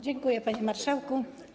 Dziękuję, panie marszałku.